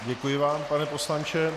Děkuji vám, pane poslanče.